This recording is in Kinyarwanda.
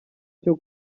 cyo